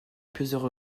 plusieurs